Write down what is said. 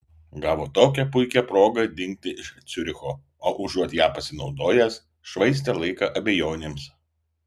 gavo tokią puikią progą dingti iš ciuricho o užuot ja pasinaudojęs švaistė laiką abejonėms